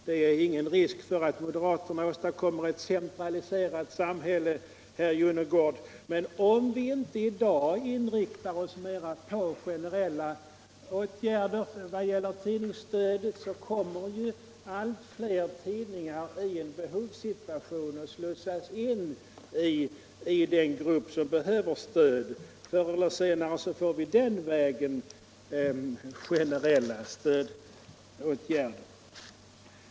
Det finns ingen risk för att moderaterna åstadkommer ett centraliserat samhälle, herr Jonnergård, men om vi inte i dag inriktar oss mera på generella åtgärder vad gäller tidningsstödet, så kommer allt fler tidningar att slussas in i den grupp som behöver stöd. Förr eller senare får vi också på den vägen generella stödåtgärder.